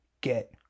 get